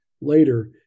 later